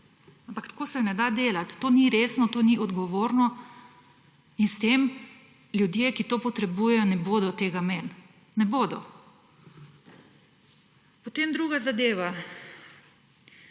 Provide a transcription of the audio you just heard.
Ampak tako se ne da delati. To ni resno, to ni odgovorno in s tem ljudje, ki to potrebujejo, ne bodo tega imeli. Ne bodo. Potem druga zadeva.